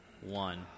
one